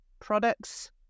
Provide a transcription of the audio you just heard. products